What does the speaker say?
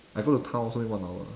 I go to town also need one hour